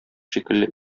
шикелле